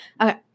Okay